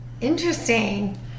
Interesting